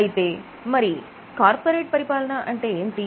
అయితే మరి కార్పొరేట్ పరిపాలన అంటే ఏంటి